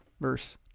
verse